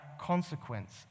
consequence